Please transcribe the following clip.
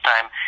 time